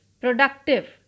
productive